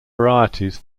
varieties